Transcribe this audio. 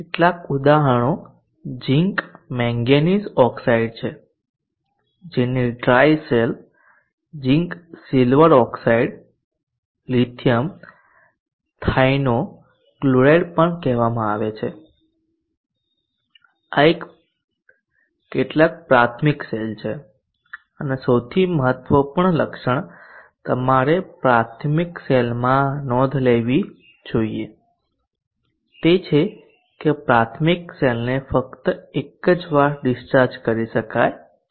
કેટલાક ઉદાહરણો zinc manganese oxide છે જેને dry cell zinc silver oxide lithium thionyl chloride પણ કહેવામાં આવે છે આ કેટલાક પ્રાથમિક સેલ છે અને સૌથી મહત્વપૂર્ણ લક્ષણ તમારે પ્રાથમિક સેલમાં નોંધ લેવી જોઈએ તે છે કે પ્રાથમિક સેલને ફક્ત એકવાર ડિસ્ચાર્જ કરી શકાય છે